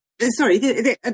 Sorry